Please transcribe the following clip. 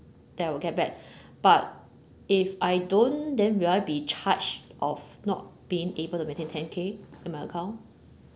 that will get back but if I don't then will I be charge of not being able to maintain ten K in my account